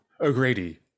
O'Grady